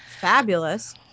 Fabulous